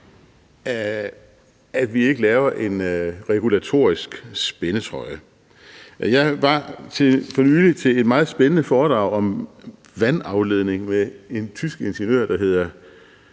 at vi ikke laver en regulatorisk spændetrøje. Jeg var for nylig til et meget spændende foredrag om vandafledning med en tysk ingeniør, der hedder